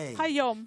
היום,